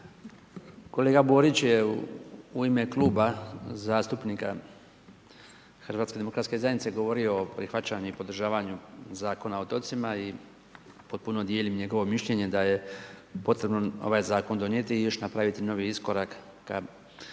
Kolega Borić je u ime Kluba zastupnika HDZ-a govorio o prihvaćanju i podržavanju Zakona o otocima i potpuno dijelim njegovo mišljenje da je potrebno ovaj zakon donijeti i još na kraju taj novi iskorak ka